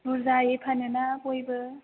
बुरजायै फानो ना बयबो